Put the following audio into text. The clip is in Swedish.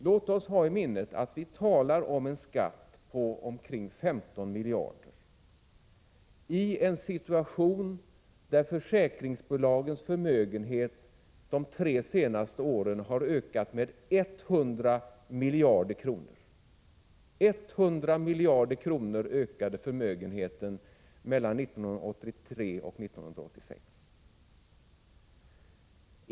Låt oss ha i minnet att vi talar om en skatt på omkring 15 miljarder kronor i en situation där försäkringsbolagens förmögenhet de tre senaste åren har ökat med 100 miljarder kronor — mellan 1983 och 1986.